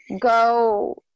go